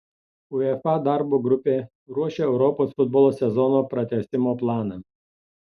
uefa darbo grupė ruošia europos futbolo sezono pratęsimo planą